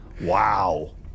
Wow